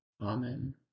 Amen